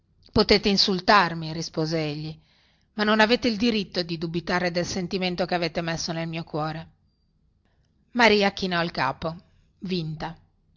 potete insultarmi rispose egli ma non avete il diritto di dubitare del sentimento che avete messo nel mio cuore maria chinò il capo vinta